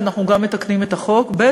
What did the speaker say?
אנחנו גם מתקנים את החוק, ב.